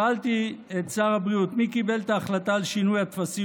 שאלתי את שר הבריאות: מי קיבל את ההחלטה על שינוי הטפסים?